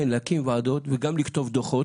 כן, להקים ועדות וגם לכתוב דוחות.